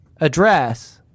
Address